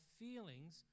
feelings